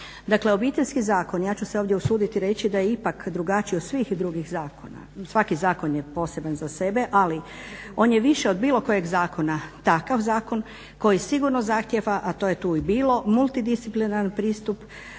Dakle Obiteljski zakon, ja ću se ovdje usuditi reći da je ipak drugačiji od svih drugih zakona. Svaki zakon je poseban za sebe, ali on je više od bilo kojeg zakona takav zakon koji sigurno zahtjeva, a to je tu i bilo, multidisciplinaran pristup.